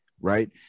right